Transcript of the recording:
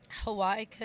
Hawaii